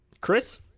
Chris